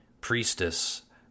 priestess